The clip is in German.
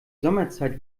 sommerzeit